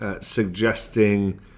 Suggesting